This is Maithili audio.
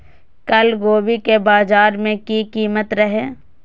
कल गोभी के बाजार में की कीमत रहे?